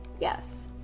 Yes